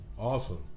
awesome